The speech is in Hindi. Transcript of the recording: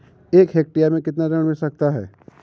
एक हेक्टेयर में कितना ऋण मिल सकता है?